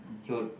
he would